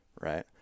right